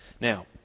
Now